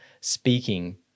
speaking